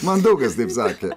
man daug kas taip sakė